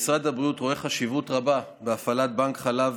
משרד הבריאות רואה חשיבות רבה בהפעלת בנק חלב